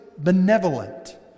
benevolent